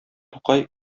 тукай